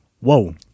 Whoa